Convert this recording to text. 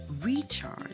recharge